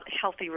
healthy